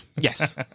Yes